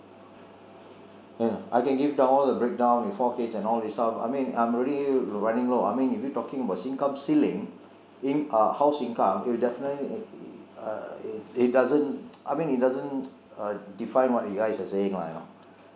ya I can give all the breakdown with four kids and all these stuff I mean I am already running low I mean if you talking about income ceiling uh house income it definitely uh it doesn't I mean it doesn't uh define what you guys are saying lah you know